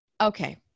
okay